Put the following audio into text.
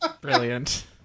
Brilliant